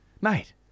Mate